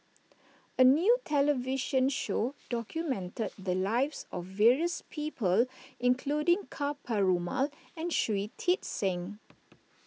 a new television show documented the lives of various people including Ka Perumal and Shui Tit Sing